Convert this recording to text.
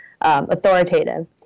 authoritative